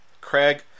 Craig